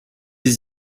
les